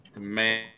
Man